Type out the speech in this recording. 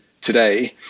today